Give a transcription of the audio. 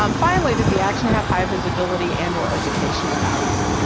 um finally, does the action have high visibility and or educational value,